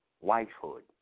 wifehood